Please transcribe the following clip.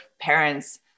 parents